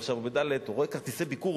עכשיו הוא בד' רואה כרטיסי ביקור,